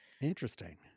Interesting